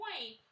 point